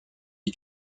des